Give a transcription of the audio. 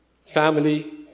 family